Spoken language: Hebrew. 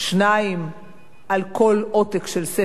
על כל עותק של ספר שנמכר.